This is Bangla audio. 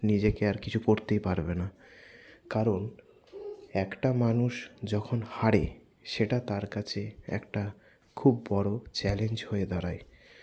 নিজেকে আর কিছু করতেই পারবেনা কারণ একটা মানুষ যখন হারে সেটা তার কাছে একটা খুব বড় চ্যালেঞ্জ হয়ে দাঁড়ায়